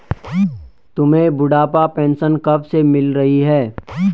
तुम्हें बुढ़ापा पेंशन कब से मिल रही है?